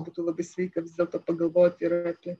būtų labai sveika vis dėlto pagalvoti ir apie